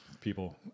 people